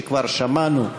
שכבר שמענו,